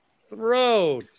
throat